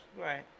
right